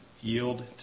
yield